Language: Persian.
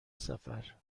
سفر